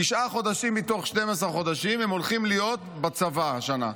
תשעה חודשים מתוך 12 חודשים הם הולכים להיות בצבא השנה.